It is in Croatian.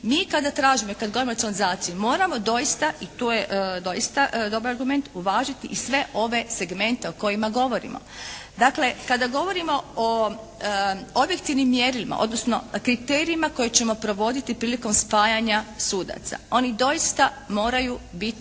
mi kada tražimo i kada govorimo o racionalizaciji moramo doista i to je doista dobar argument uvažiti i sve ove segmente o kojima govorimo. Dakle, kada govorimo o objektivnim mjerilima odnosno kriterijima koje ćemo provoditi prilikom spajanja sudaca oni doista moraju biti